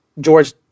George